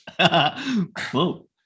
Whoa